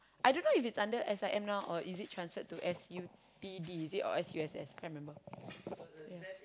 I don't know if it's under S_I_M now or is it transferred to S_U_T_D is it or is it S_U_S_S can't remember